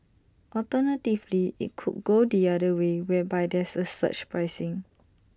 alternatively IT could go the other way whereby there's A surge pricing